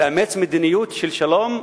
לאמץ מדיניות של שלום,